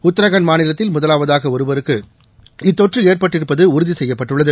உத்ராகண்ட் மாநிலத்தில் முதலாவதாக ஒருவருக்கு இத்தொற்று ஏற்பட்டிருப்பது உறுதி செய்யப்பட்டுள்ளது